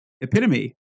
epitome